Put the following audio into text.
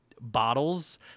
bottles